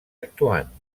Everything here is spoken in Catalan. actuant